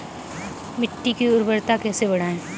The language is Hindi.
मिट्टी की उर्वरता कैसे बढ़ाएँ?